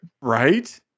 Right